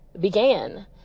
began